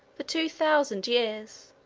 for two thousand years,